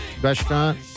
restaurant